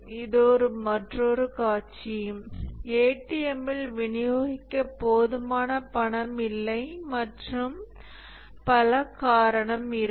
இது மற்றொரு காட்சி ATM ம்மில் விநியோகிக்க போதுமான பணம் இல்லை மற்றும் பல காரணம் இருக்கும்